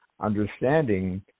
understanding